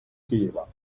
києва